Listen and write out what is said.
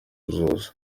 zose